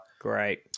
Great